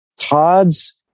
Todd's